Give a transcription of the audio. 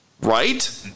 right